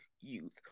youth